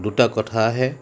দুটা কথা আহে